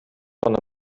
fun